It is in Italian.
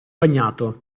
bagnato